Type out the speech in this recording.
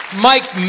Mike